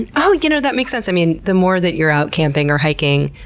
and oh, you know, that makes sense. i mean, the more that you're out camping or hiking,